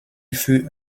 fut